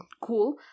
cool